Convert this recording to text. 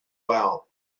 out